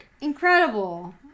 Incredible